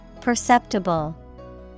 Perceptible